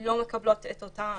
לא מקבלות את אותה